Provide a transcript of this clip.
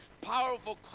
powerful